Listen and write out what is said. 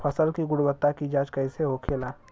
फसल की गुणवत्ता की जांच कैसे होखेला?